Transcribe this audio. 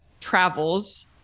travels